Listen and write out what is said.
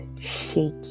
shaky